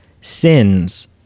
sins